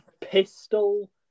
pistol